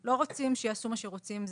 לא רוצים שיעשו מה שרוצים,